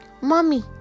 Mommy